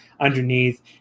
underneath